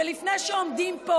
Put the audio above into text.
ולפני שעומדים פה